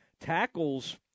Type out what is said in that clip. tackles